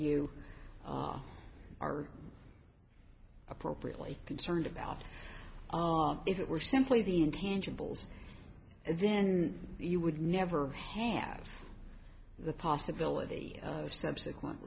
you are appropriately concerned about if it were simply the intangibles then you would never have the possibility of subsequent